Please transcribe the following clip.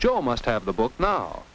joe must have the book now